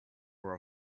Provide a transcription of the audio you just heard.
for